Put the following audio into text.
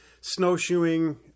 snowshoeing